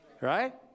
right